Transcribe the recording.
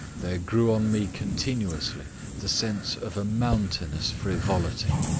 there grew on me continuously the sense of a mountainous frivolity.